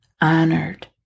honored